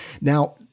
now